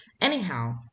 Anyhow